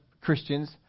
Christians